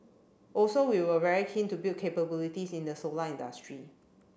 also we were very keen to build capabilities in the solar industry